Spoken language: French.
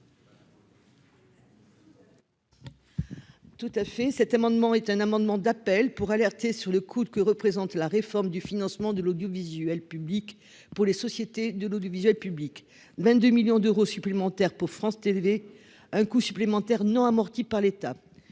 Tout à fait, cet amendement est un amendement d'appel pour alerter sur le que représente la réforme du financement de l'audiovisuel public pour les sociétés de l'audiovisuel public 22 millions d'euros supplémentaires pour France TV un coût supplémentaire non amorti par l'État,